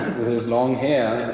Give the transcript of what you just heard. with his long hair,